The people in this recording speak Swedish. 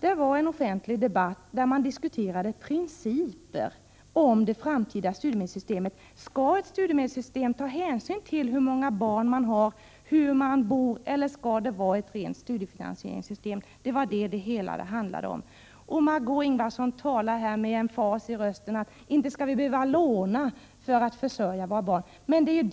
Det var en offentlig debatt där principerna för det framtida studiemedelssystemet diskuterades. Skall vi i ett studiemedelssystem ta hänsyn till hur många barn man har och hur man bor, eller skall det vara ett rent studiefinansieringssystem? Det var sådana frågor det handlade om. Det är faktiskt